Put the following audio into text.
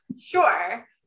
sure